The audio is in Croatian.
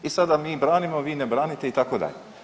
I sada mi branimo, vi ne branite itd.